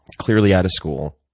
clearly out of school,